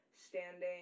standing